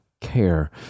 care